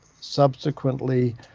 subsequently